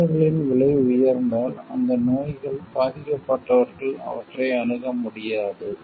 மருந்துகளின் விலை உயர்ந்தால் அந்த நோய்களால் பாதிக்கப்பட்டவர்கள் அவற்றை அணுக முடியாது